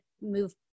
move